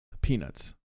peanuts